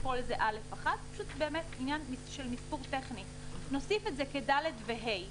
זה פשוט עניין של מספור טכני ואנחנו נוסיף את זה כ-ד' ו-ה'.